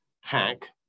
hack